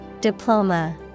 Diploma